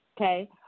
okay